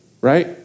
right